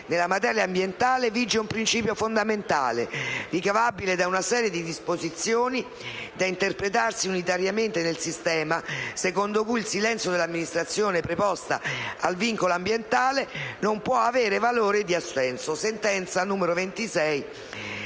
«Nella materia ambientale vige un principio fondamentale, ricavabile da una serie di disposizioni, da interpretarsi unitariamente nel sistema, secondo cui il silenzio dell'amministrazione preposta al vincolo ambientale non può avere valore di assenso» (sentenza n. 26